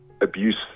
abuse